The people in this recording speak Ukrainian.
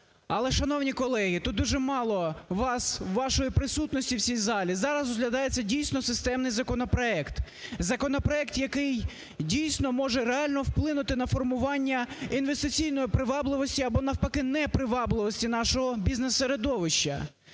Але, шановні колеги, тут дуже мало вас, вашої присутності в цій залі. Зараз розглядається дійсно системний законопроект, законопроект, який дійсно може реально вплинути на формування інвестиційної привабливості або навпаки непривабливості нашого бізнес-середовища.